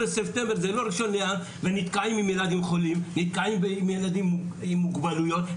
בספטמבר ונתקעים עם ילדים חולים ונתקעים עם ילדים עם מוגבלויות,